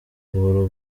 buhoro